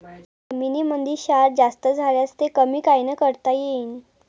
जमीनीमंदी क्षार जास्त झाल्यास ते कमी कायनं करता येईन?